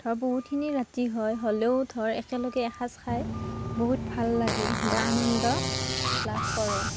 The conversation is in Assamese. বহুতখিনি ৰাতি হয় হ'লেও ধৰ একেলগে এসাজ খাই বহুত ভাল লাগে বা আনন্দ লাভ কৰোঁ